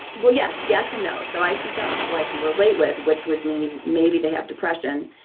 well, yes. yes and no. so i seek out people i can relate with, which would mean maybe they have depression,